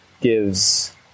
gives